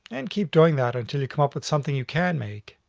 and keep doing that until you come up with something you can make.